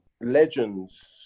legends